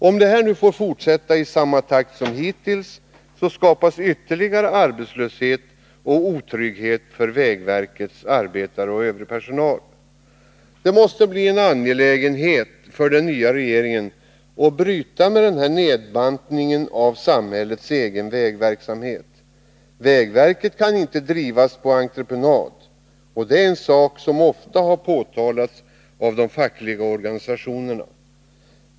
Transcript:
Om detta får fortsätta i samma takt som hittills skapas ytterligare arbetslöshet och otrygghet för vägverkets arbetare och övrig personal. Det måste bli en angelägenhet för den nya regeringen att bryta denna nedbantning av samhällets egen vägverksamhet. Vägverket kan inte drivas på entreprenad — en sak som ofta har påtalats av de fackliga organisationerna.